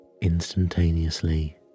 instantaneously